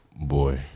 Boy